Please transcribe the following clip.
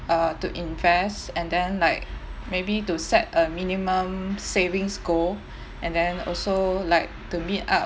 uh to invest and then like maybe to set a minimum savings goal and then also like to meet up